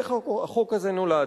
איך החוק הזה נולד.